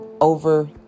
over